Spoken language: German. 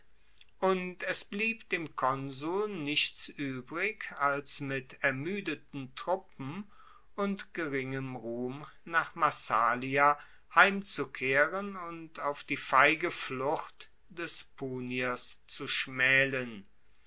und es blieb dem konsul nichts uebrig als mit ermuedeten truppen und geringem ruhm nach massalia heimzukehren und auf die feige flucht des puniers zu schmaelen